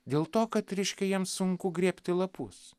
dėl to kad reiškia jiems sunku grėbti lapus